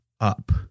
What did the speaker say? up